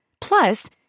Plus